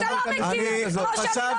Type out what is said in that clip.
אתה לא מכיר, כמו שאני לא